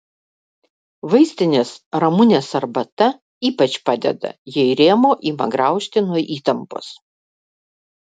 vaistinės ramunės arbata ypač padeda jei rėmuo ima graužti nuo įtampos